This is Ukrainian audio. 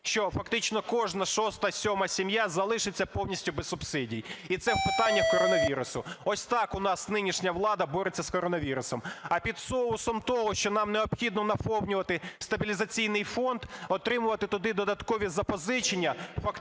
що фактично кожна шоста, сьома сім'я залишиться повністю без субсидій. І це в питаннях коронавірусу. Ось так у нас нинішня влада бореться з коронавірусом. А під соусом того, що нам необхідно наповнювати стабілізаційний фонд, отримувати туди додаткові запозичення,